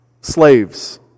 slaves